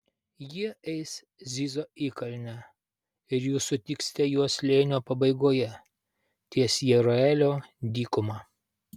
jie eis zizo įkalne ir jūs sutiksite juos slėnio pabaigoje ties jeruelio dykuma